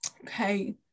okay